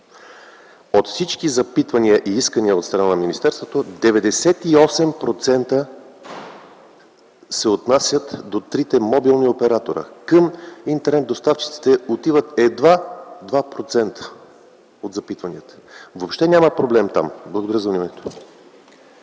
от всички запитвания и искания от страна на министерството, 98% се отнасят до трите мобилни оператора. Към интернет-доставчиците отиват едва 2% от запитванията. Въобще няма проблем там. Благодаря.